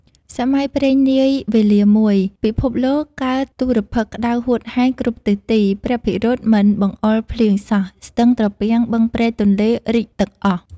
សម័យព្រេងនាយ វេលាមួយ ពិភពលោកកើតទុរភិក្សក្តៅហួតហែងគ្រប់ទិសទី ព្រះពិរុណមិនបង្អុរភ្លៀងសោះ ស្ទឹងត្រពាំង បឹងព្រែកទន្លេរីងទឹកអស់។